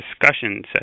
discussion